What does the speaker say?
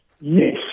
Yes